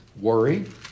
worry